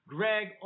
Greg